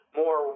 more